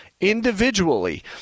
individually